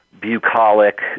bucolic